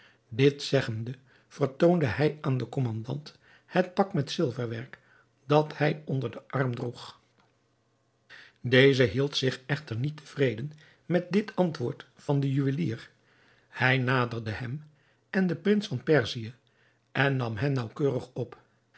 dit zeggende vertoonde hij aan den kommandant het pak met zilverwerk dat hij onder den arm droeg deze hield zich echter niet tevreden met dit antwoord van den juwelier hij naderde hem en den prins van perzië en nam hen naauwkeurig op